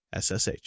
SSH